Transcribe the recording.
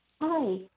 hi